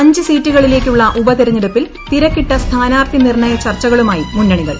അഞ്ച് സീറ്റുകളിലേക്കുള്ള ഉപതെരഞ്ഞെടുപ്പിൽ തിരക്കിട്ട സ്ഥാനാർത്ഥി നിർണയ ചർച്ചകളുമായി മുന്നണികൾ